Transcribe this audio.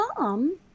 mom